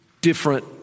different